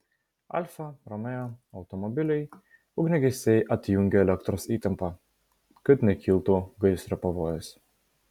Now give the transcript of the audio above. alfa romeo automobiliui ugniagesiai atjungė elektros įtampą kad nekiltų gaisro pavojus